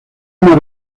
una